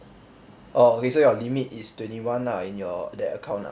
orh okay so your limit is twenty one ah in your that account ah